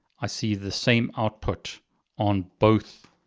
i see the same output on both